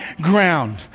ground